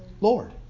Lord